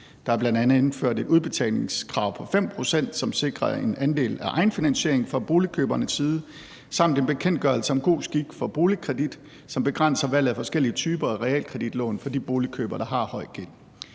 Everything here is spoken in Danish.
Der er bl.a. indført et udbetalingskrav på 5 pct., som sikrer en andel af egenfinansiering fra boligkøbernes side samt en bekendtgørelse om god skik for boligkredit, som begrænser valget af forskellige typer af realkreditlån for de boligkøbere, der har høj gæld.